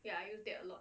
you are you get a lot